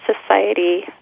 society